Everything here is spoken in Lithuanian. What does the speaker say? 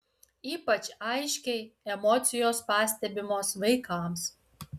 ypač aiškiai emocijos pastebimos vaikams